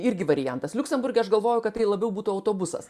irgi variantas liuksemburge aš galvoju kad tai labiau būtų autobusas